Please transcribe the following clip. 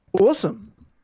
awesome